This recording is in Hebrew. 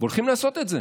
הולכים לעשות את זה,